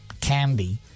candy